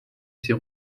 ces